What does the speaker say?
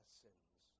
sins